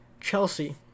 Chelsea